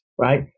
Right